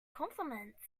compliments